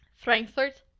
Frankfurt